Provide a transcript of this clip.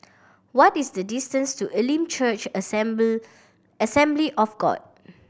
what is the distance to Elim Church Assembly of God